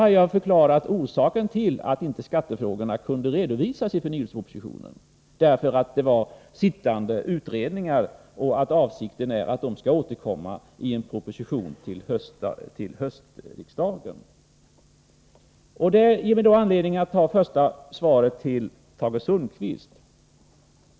Jag har förklarat orsaken till att skattefrågorna inte kunde redovisas i förnyelsepropositionen — på det området finns sittande utredningar, och avsikten är att de frågorna skall återkomma i en proposition till höstriksdagen. Det ger mig anledning att komma in på mitt första svar till Tage Sundkvist.